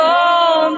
on